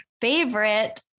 favorite